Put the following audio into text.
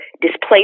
displaced